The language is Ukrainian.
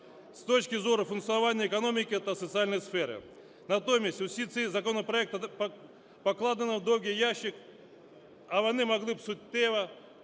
з точки зору функціонування економіки та соціальної сфери. Натомість усі ці законопроекти покладено у довгий ящик, а вони могли б суттєво,